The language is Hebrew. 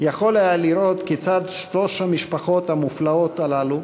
יכול היה לראות כיצד שלוש המשפחות המופלאות הללו,